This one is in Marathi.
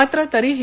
मात्र तरीही